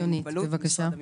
משרד המשפטים.